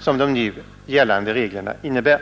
som de nu gällande reglerna innebär.